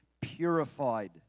purified